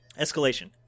escalation